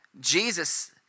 Jesus